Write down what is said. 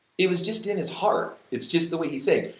it was just in his heart, it's just the way he sang.